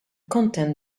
content